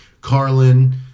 Carlin